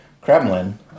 Kremlin